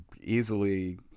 easily